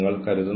അവർ വരും